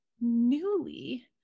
newly